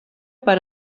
per